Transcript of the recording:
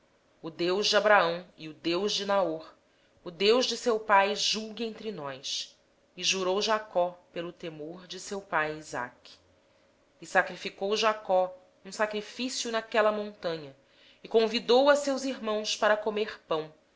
o deus de abraão e o deus de naor o deus do pai deles julgue entre nós e jurou jacó pelo temor de seu pai isaque então jacó ofereceu um sacrifício na montanha e convidou seus irmãos para comerem pão